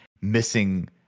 missing